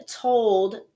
told